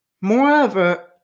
Moreover